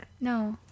No